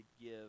give